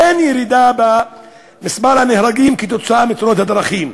אין ירידה במספר הנהרגים בתאונות הדרכים.